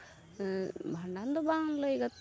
ᱵᱷᱟᱸᱰᱟᱱ ᱫᱚ ᱵᱟᱝ ᱞᱟᱹᱭ